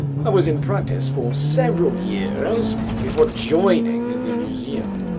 i was in practice for several years before joining the museum.